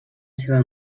seva